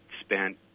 spent